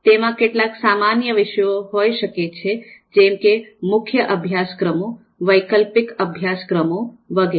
તેમાં કેટલાક સામાન્ય વિષયો હોયી શકે છે જેમ કે મુખ્ય અભ્યાસક્રમો વૈકલ્પિક અભ્યાસક્રમો વગેરે